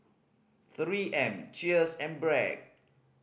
Three M Cheers and Bragg